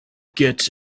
gets